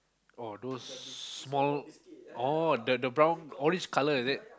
oh those small oh the the brown orange color is it